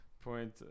point